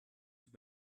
tut